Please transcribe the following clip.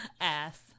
ass